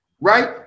right